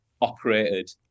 operated